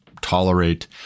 tolerate